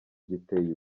giteye